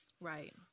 Right